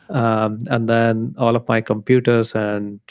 um and then all of my computers and